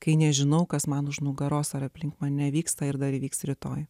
kai nežinau kas man už nugaros ar aplink mane vyksta ir dar vyks rytoj